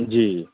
जी